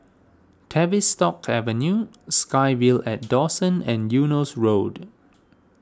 Tavistock Avenue SkyVille at Dawson and Eunos Road